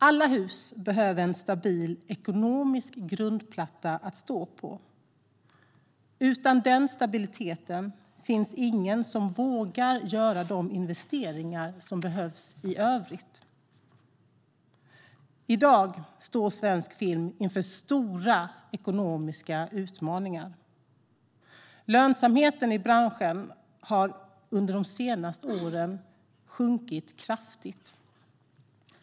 Alla hus behöver en stabil ekonomisk grundplatta att stå på. Utan den stabiliteten finns det ingen som vågar göra de investeringar som behövs i övrigt. I dag står svensk film inför stora ekonomiska utmaningar. Lönsamheten i branschen har under de senaste åren sjunkit kraftigt.